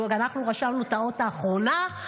ואנחנו רשמנו את האות האחרונה.